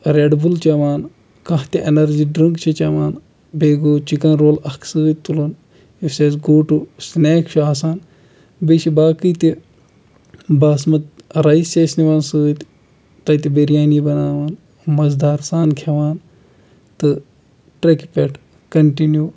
red Bull چٮ۪وان کانٛہہ تہِ اینرجی ڈٕرٛنک چھِ چٮ۪وان بیٚیہِ گوٚو چِکَن رول اَکھ سۭتۍ تُلُن یُس اَسہِ گوِ ٹُو سنیک چھُ آسان بیٚیہِ چھِ باقٕے تہِ باسمَت رایِس چھِ أسۍ نِوان سۭتۍ تَتہِ بِریانی بَناون مَزٕدار سان کھٮ۪وان تہٕ ٹریٚکہِ پٮ۪ٹھ کَنٛٹِنیوٗ